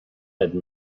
had